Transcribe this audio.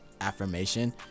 affirmation